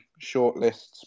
shortlists